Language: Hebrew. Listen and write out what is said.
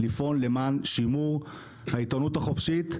לפעול למען שימור העיתונות החופשית,